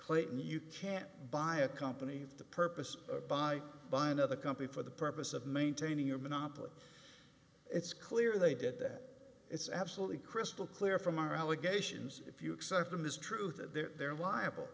clayton you can't buy a company for the purpose of buy by another company for the purpose of maintaining your monopoly it's clear they did that it's absolutely crystal clear from our allegations if you accept them as true that they're liable